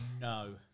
No